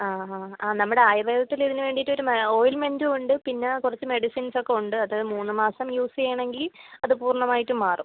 ആ ഹാ ആ നമ്മുടെ ആയുർവേദത്തിലിതിനു വേണ്ടിയിട്ടൊരു മ ഓയിൽമെൻറ്റുമുണ്ട് പിന്നെ കുറച്ച് മെഡിസിൻസൊക്കെയുണ്ട് അത് മൂന്ന് മാസം യൂസ് ചെയ്യുവാണെങ്കിൽ അത് പൂർണമായിട്ടും മാറും